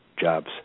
jobs